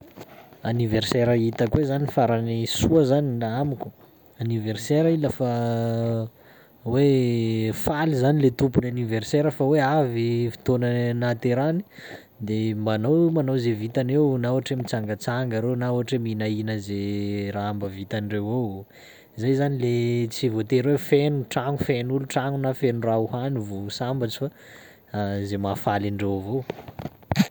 Anniversaire hitako hoe zany farany soa zany laha amiko, anniversaire i lafa hoe faly zany le tompon'ny anniversaire fa hoe avy fotoana nahaterahany de manao- manao zay vitany eo na ohatry hoe mitsangatsanga reo na ohatry hoe mihinahina zay raha mba vitandreo ao, zay zany le tsy voatery hoe feno ny tragno feno olo tragno, na feno raha hohany vô ho sambatsy fa zay mahafaly andreo avao.